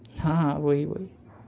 हाँ वो ही वो ही